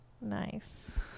Nice